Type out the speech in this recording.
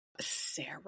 Sarah